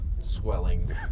swelling